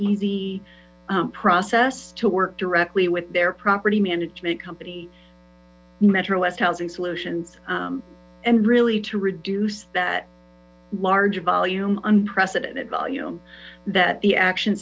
easy process to work directly with their property management company metro west housing solutions and really to reduce that large volume unprecedented volume that the action